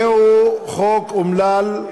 זהו חוק אומלל,